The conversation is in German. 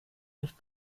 nicht